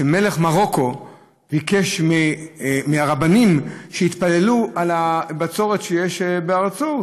שמלך מרוקו ביקש מהרבנים שיתפללו על הבצורת שיש בארצו.